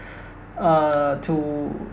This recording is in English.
uh to